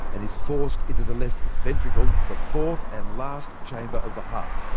and is forced into the left ventricle the fourth and last chamber of the heart.